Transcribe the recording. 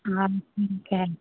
हा ठीकु आहे